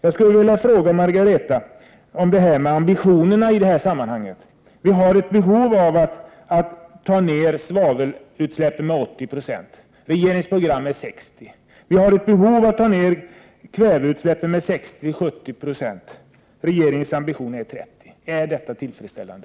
Jag vill ställa en fråga till Margareta Winberg beträffande ambitionerna i detta sammanhang. Vi har behov av att nedbringa svavelutsläppen med 80 9o. I regeringens program är målet en minskning med 60 26. Vi har vidare ett behov av att minska kväveutsläppen med 60-70 26. Regeringens ambition är 30 76. Är detta tillfredsställande?